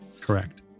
Correct